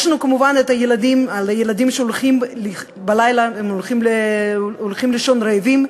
יש לנו, כמובן, ילדים שהולכים לישון בלילה רעבים,